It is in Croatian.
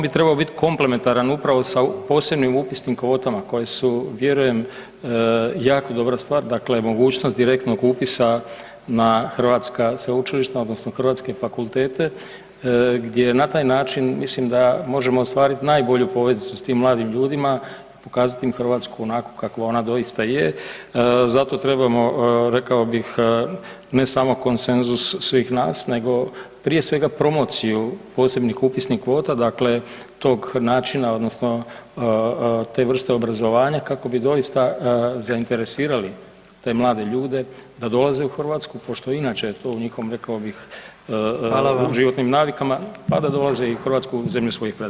On bi trebao biti komplementaran upravo sa posebnim upisnim kvotama koje su, vjerujem, jako dobra stvar, dakle mogućnost direktnog upisa na hrvatska sveučilišta, odnosno hrvatske fakultete gdje na taj način mislim da možemo ostvariti najbolju poveznicu s tim mladim ljudima, pokazati im Hrvatsku onakvu kakvu ona doista je, zato trebamo, rekao bih, ne samo konsenzus svih nas, nego prije svega promociju posebnih upisnih kvota, dakle, tog načina odnosno te vrste obrazovanja, kako bi doista zainteresirali te mlade ljude, da dolaze u Hrvatsku, pošto inače, to njihovom rekao bih, [[Upadica: Hvala vam.]] životnim navikama, pa da dolaze u Hrvatsku, zemlju svojih predaka.